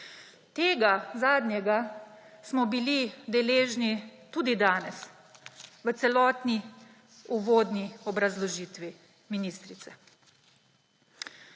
Tega zadnjega smo bili deležni tudi danes v celotni uvodni obrazložitvi ministrice.